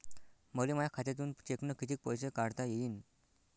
मले माया खात्यातून चेकनं कितीक पैसे काढता येईन?